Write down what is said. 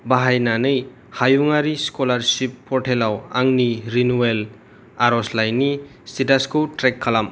बाहायनानै हायुंआरि स्कलारसिप पर्टेलाव आंनि रिनिउयेल आरजलाइनि स्टेटासखौ ट्रेक खालाम